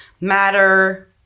matter